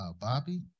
Bobby